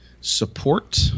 support